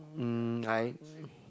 mm I